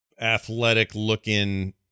athletic-looking